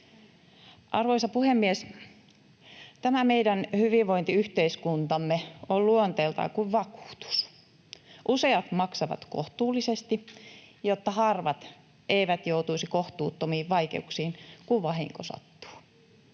Arvoisa puhemies! Tämä meidän hyvinvointiyhteiskuntamme on luonteeltaan kuin vakuutus. Useat maksavat kohtuullisesti, jotta harvat eivät joutuisi kohtuuttomiin vaikeuksiin, kun vahinko sattuu.